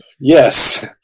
Yes